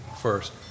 first